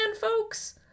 folks